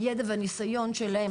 הידע והניסיון שלהם,